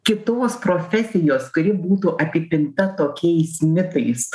kitos profesijos kuri būtų apipinta tokiais mitais